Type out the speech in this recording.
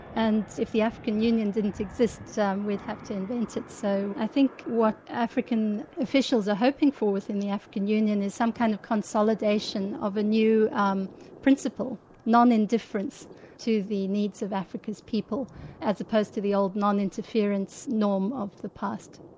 and if the african union didn't exist we'd have to invent it. so i think what african officials are hoping for within the african union is some kind of consolidation of a new um principle, non-indifference to the needs of africa's people as opposed to the old non-interference norm of the past.